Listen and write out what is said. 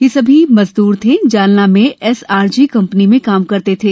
ये सभी मजद्र थे जालना में एसआरजी कंपनी में काम करते थे